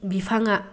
बिफांआ